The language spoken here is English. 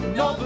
no